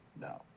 no